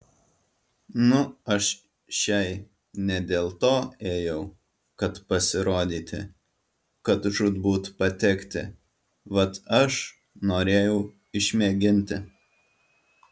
nu aš šiai ne dėl to ėjau kad pasirodyti kad žūtbūt patekti vat aš norėjau išmėginti